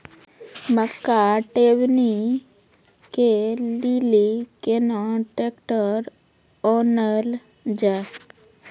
मक्का टेबनी के लेली केना ट्रैक्टर ओनल जाय?